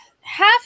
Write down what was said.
Half